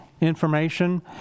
information